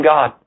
God